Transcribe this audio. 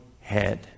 head